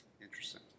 Interesting